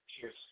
Cheers